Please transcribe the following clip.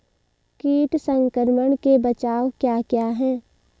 कीट संक्रमण के बचाव क्या क्या हैं?